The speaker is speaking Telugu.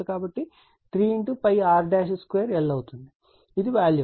కాబట్టి 3r2l ఇది వాల్యూమ్